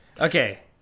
Okay